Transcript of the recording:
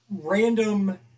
random